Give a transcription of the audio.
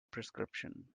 prescription